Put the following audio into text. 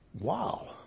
Wow